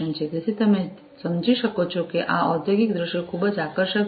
તેથી જેમ તમે સમજી શકો છો કે આ ઔદ્યોગિક દૃશ્યો માટે ખૂબ આકર્ષક છે